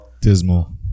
Dismal